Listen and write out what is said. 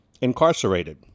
incarcerated